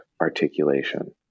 articulation